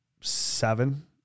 seven